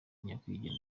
nyakwigendera